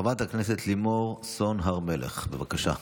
חברת הכנסת לימור סון הר מלך, בבקשה.